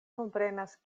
komprenas